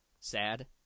sad